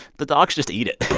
the dogs just eat it.